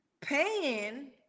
paying